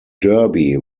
derby